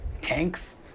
tanks